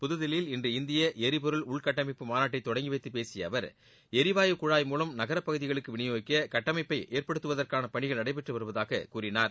புதுதில்லியில் இன்று இந்திய எரிபொருள் உள்கட்டமைப்பு மாநாட்டை தொடங்கிவைத்துப் பேசிய அவர் எரிவாயுவை குழாய் மூவம் நகரப்பகுதிகளுக்கு விநியோகிக்க கட்டமைப்பை ஏற்படுத்துவதற்கான நடைபெற்றுவருவதாக கூறினார்